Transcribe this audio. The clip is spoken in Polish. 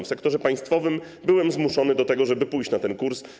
W sektorze państwowym byłem zmuszony do tego, by pójść na taki kurs.